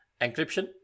encryption